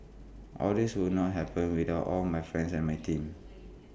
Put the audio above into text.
all this would not happened without all my friends and my team